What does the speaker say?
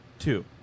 Two